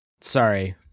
Sorry